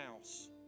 house